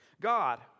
God